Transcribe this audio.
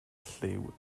llyw